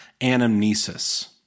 anamnesis